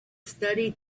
studied